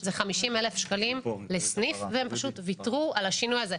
50 אלף שקלים לסניף והם פשוט ויתרו על השינוי הזה.